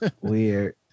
weird